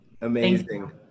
Amazing